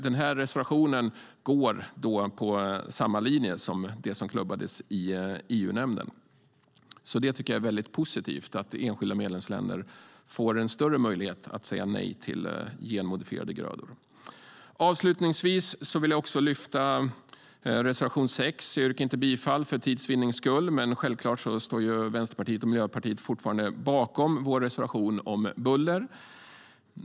Den här reservationen går på samma linje som det som klubbades i EU-nämnden. Jag tycker att det är väldigt positivt att enskilda medlemsländer får större möjlighet att säga nej till genmodifierade grödor. Avslutningsvis vill jag också lyfta fram reservation 6. Jag yrkar inte bifall till den, för tids vinnande, men självklart står Vänsterpartiet och Miljöpartiet fortfarande bakom vår reservation om buller.